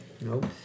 Nope